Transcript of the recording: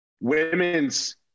women's